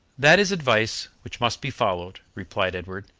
that is advice which must be followed, replied edward.